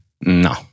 No